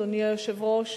אדוני היושב-ראש,